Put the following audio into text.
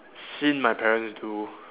seen my parents do